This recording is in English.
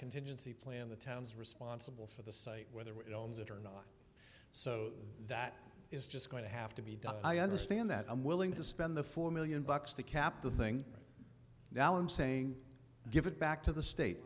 contingency plan the town is responsible for the site whether it owns it or not so that is just going to have to be done i understand that i'm willing to spend the four million bucks to cap the thing right now i'm saying give it back to the state